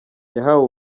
yahawe